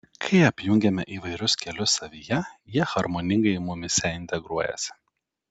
kai apjungiame įvairius kelius savyje jie harmoningai mumyse integruojasi